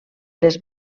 les